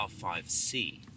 R5C